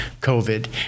COVID